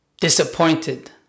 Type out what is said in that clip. disappointed